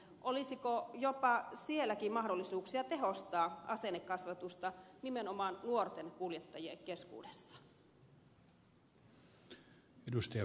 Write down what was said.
olisiko jopa sielläkin mahdollisuuksia tehostaa asennekasvatusta nimenomaan nuorten kuljettajien keskuudessa